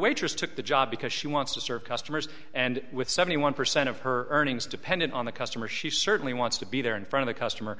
waitress took the job because she wants to serve customers and with seventy one percent of her earnings dependent on the customer she certainly wants to be there in front of the customer